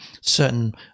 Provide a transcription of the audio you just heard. certain